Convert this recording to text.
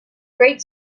great